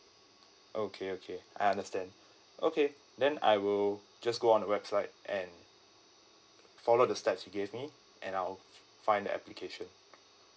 okay okay I understand okay then I will just go on the website and follow the steps you gave me and I'll f~ find the application